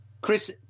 Chris